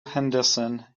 henderson